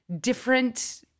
different